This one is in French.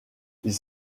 ils